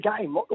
game